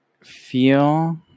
feel